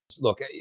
Look